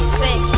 sex